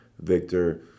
Victor